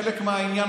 חלק מהעניין,